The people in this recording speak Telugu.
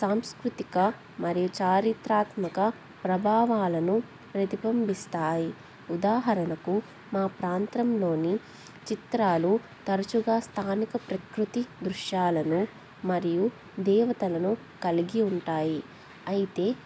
సాంస్కృతిక మరియు చారిత్రాత్మక ప్రభావాలను ప్రతిబింబిస్తాయి ఉదాహరణకు మా ప్రాంతంలోని చిత్రాలు తరచుగా స్థానిక ప్రకృతి దృశ్యాలను మరియు దేవతలను కలిగి ఉంటాయి అయితే